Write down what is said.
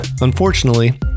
Unfortunately